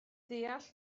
deall